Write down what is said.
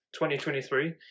2023